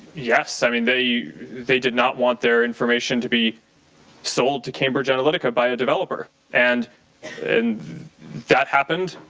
yes. i mean they they did not want their information to be sold to cambridge analytica. by a developer. and and that happened.